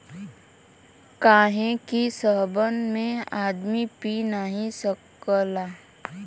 काहे कि सबहन में आदमी पी नाही सकला